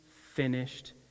finished